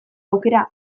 aukera